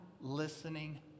listening